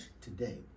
today